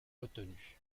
retenu